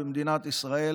במדינת ישראל,